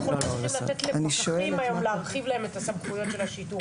אנחנו לא מצליחים להרחיב לפקחים את סמכויות השיטור.